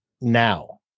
now